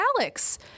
Alex